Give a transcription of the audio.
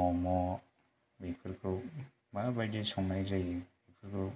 म'म' बेफोरखौ मा बायदि संनाय जायो बेफोरखौ